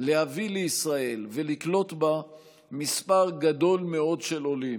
להביא לישראל ולקלוט בה מספר גדול מאוד של עולים,